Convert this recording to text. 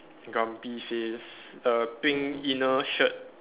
grumpy face err pink inner shirt